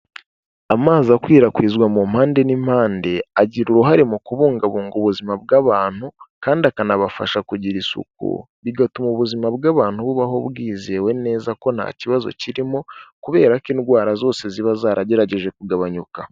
Amazi akwirakwizwa mu mpande n'impande agira uruhare mu kubungabunga ubuzima bw'abantu kandi akanabafasha kugira isuku, bigatuma ubuzima bw'abantu bubaho bwizewe neza ko nta kibazo kirimo kubera ko indwara zose ziba zaragerageje kugabanyuka.